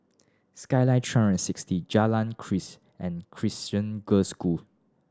Skyline three and sixty Jalan Keris and Crescent Girls School